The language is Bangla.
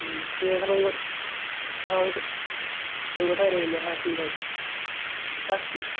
হুম ঠিক আছে তাহলে ওই হ্যাঁ ওই ওই কথাই রইল হ্যাঁ ঠিক আছে রাখছি